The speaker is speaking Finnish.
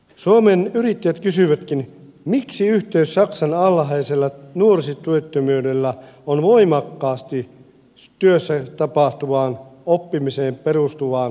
suomen yrittäjät kysyykin mikä yhteys saksan alhaisella nuorisotyöttömyydellä on voimakkaasti työssä tapahtuvaan oppimiseen perustuvaan koulutusmalliin